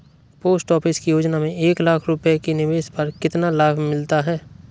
Post office की योजना में एक लाख रूपए के निवेश पर कितना लाभ मिलता है?